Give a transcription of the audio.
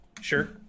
Sure